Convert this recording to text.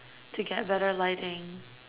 to get better lighting